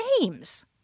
names